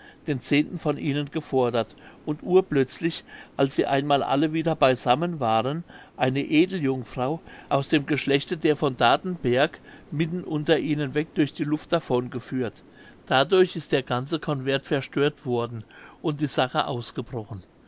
den zehnten von ihnen gefordert und urplötzlich als sie einmal alle wieder beisammen waren eine edeljungfrau aus dem geschlechte der von datenberg mitten unter ihnen weg durch die luft davon geführt dadurch ist der ganze convent verstöret worden und die sache ausgebrochen